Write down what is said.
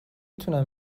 تونم